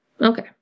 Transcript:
Okay